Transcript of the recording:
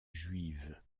juive